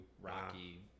rocky